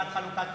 בעד חלוקה,